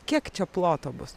kiek čia ploto bus